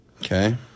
Okay